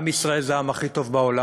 עם ישראל זה העם הכי טוב בעולם,